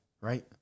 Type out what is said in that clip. right